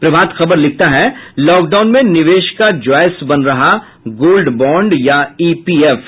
प्रभात खबर लिखता है लॉकडाउन में निवेश का च्वाईस बन रहा गोल्ड बाँड या ईपीएफ